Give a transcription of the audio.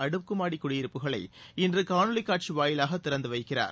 அடுக்குமாடிக் குடியிருப்புகளை இன்று காணொலிக் காட்சி வாயிலாகத் திறந்து வைக்கிறார்